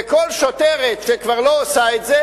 וכל שוטרת שכבר לא עושה את זה,